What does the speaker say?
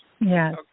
Yes